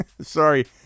Sorry